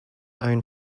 own